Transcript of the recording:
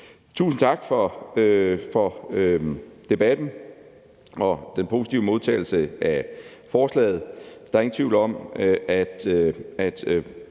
Tusind tak for debatten og den positive modtagelse af forslaget. Der er ingen tvivl om, at